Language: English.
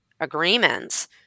agreements